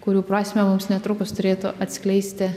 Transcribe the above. kurių prasmę mums netrukus turėtų atskleisti